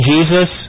Jesus